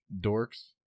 dorks